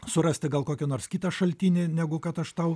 surasti gal kokią nors kitą šaltinį negu kad aš tau